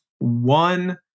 One